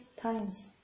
times